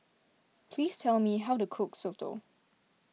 please tell me how to cook Soto